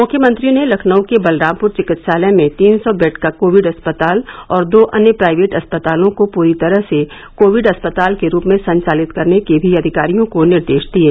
मुख्यमंत्री ने लखनऊ के बलरामपुर चिकित्सालय में तीन सौ बेड का कोविड अस्पताल और दो अन्य प्राइवेट अस्पतालों को पूरी तरह से कोविड अस्पताल के रूप में संचालित करने के भी अधिकारियों को निर्देश दिये